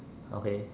okay